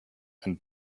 and